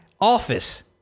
office